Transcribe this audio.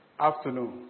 afternoon